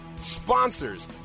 sponsors